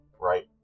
right